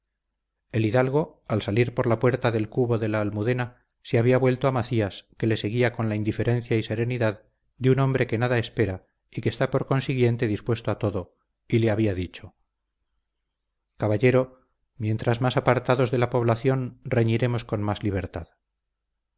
el hidalgo al salir por la puerta del cubo de la almudena se había vuelto a macías que le seguía con la indiferencia y serenidad de un hombre que nada espera y que está por consiguiente dispuesto a todo y le había dicho caballero mientras más apartados de la población reñiremos con más libertad